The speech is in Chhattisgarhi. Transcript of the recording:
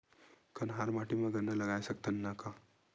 कन्हार माटी म गन्ना लगय सकथ न का?